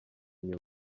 nyuma